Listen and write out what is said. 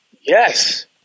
Yes